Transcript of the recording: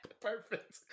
Perfect